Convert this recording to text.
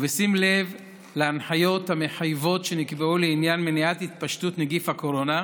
ובשים לב להנחיות המחייבות שנקבעו לעניין מניעת התפשטות נגיף הקורונה,